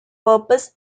purpose